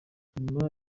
nyuma